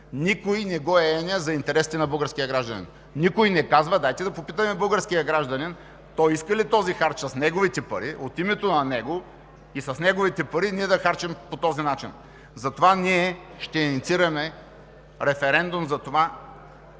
никой не го е еня за интересите на българския гражданин. Никой не казва: дайте да попитаме българския гражданин иска ли този харч с неговите пари, от името на него и с неговите пари да харчим по този начин? Затова ние ще инициираме референдум за това